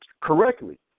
correctly